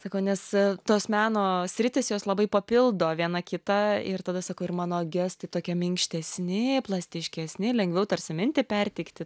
sako nes tos meno sritys jos labai papildo viena kitą ir tada sako ir mano gestai tokie minkštesni plastiškesni lengviau tarsi mintį perteikti